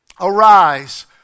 Arise